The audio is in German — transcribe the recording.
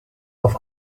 auf